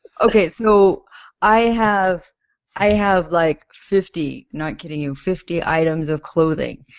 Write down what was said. okay, so i have i have like fifty, not kidding you, fifty items of clothing.